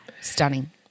stunning